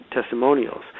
testimonials